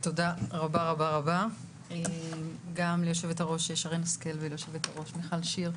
תודה רבה רבה גם ליושבת-הראש שרן השכל וגם ליושבת-הראש מיכל שיר,